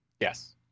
Yes